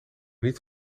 niet